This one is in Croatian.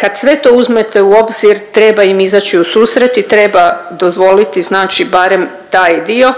kad sve to uzmete u obzir, treba im izaći u susret i treba dozvoliti znači barem taj dio